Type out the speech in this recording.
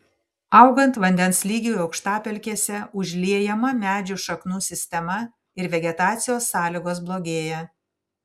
augant vandens lygiui aukštapelkėse užliejama medžių šaknų sistema ir vegetacijos sąlygos blogėja